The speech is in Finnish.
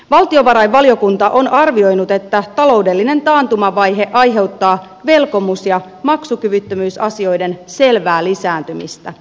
valtiovarainvaliokunta on arvioinut että taloudellinen taantumavaihe aiheuttaa velkomus ja maksukyvyttömyysasioiden selvää lisääntymistä